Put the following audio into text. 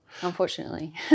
unfortunately